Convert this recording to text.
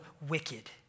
wicked